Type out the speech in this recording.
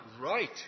Right